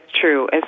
true